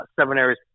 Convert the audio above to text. seminaries